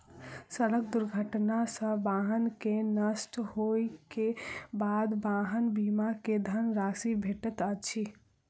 सड़क दुर्घटना सॅ वाहन के नष्ट होइ के बाद वाहन बीमा के धन राशि भेटैत अछि